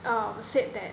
err said that